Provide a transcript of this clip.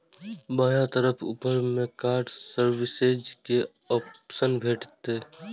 बायां तरफ ऊपर मे कार्ड सर्विसेज के ऑप्शन भेटत